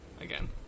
again